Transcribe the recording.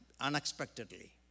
unexpectedly